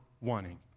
wanting